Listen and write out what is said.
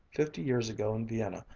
fifty years ago in vienna,